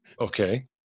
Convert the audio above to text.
Okay